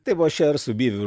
tai buvo šer su byviu